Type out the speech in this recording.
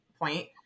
point